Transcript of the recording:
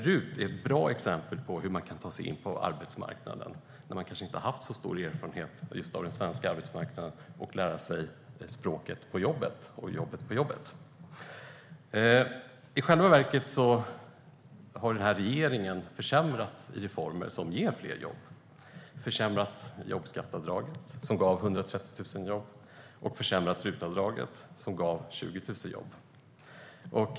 RUT är ett bra exempel på hur man kan ta sig in på arbetsmarknaden, när man kanske inte har så stor erfarenhet av just den svenska arbetsmarknaden, och lära sig språket på jobbet och jobbet på jobbet. I själva verket har den här regeringen försämrat reformer som ger fler jobb. Man har försämrat jobbskatteavdraget, som gav 130 000 jobb, och försämrat RUT-avdraget, som gav 20 000 jobb.